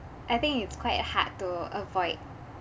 I think it's quite hard to avoid